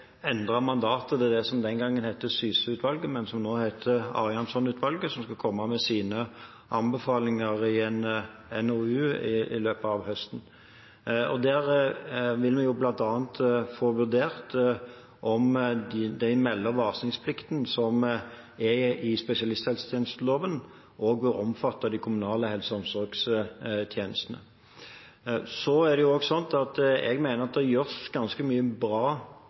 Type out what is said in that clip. endret mandatet til det som den gangen het Syse-utvalget, men som nå heter Arianson-utvalget, som skal komme med sine anbefalinger i en NOU i løpet av høsten. Der vil vi bl.a. få vurdert om den melde- og varslingsplikten som er i spesialisthelsetjenesteloven, også bør omfatte de kommunale helse- og omsorgstjenestene. Jeg mener at det gjøres ganske mye bra